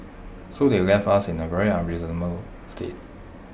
so they left us in A very unreasonable state